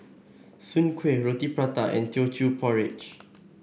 Soon Kueh Roti Prata and Teochew Porridge